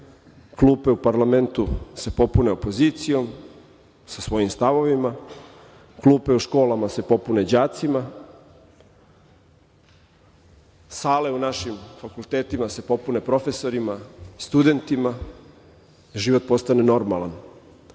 klupe u parlamentu se popune opozicijom sa svojim stavovima, klupe u školama se popune đacima, sale na našim fakultetima se popune profesorima, studentima i život postane normalan.